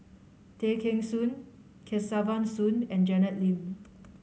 Tay Kheng Soon Kesavan Soon and Janet Lim